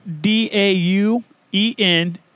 d-a-u-e-n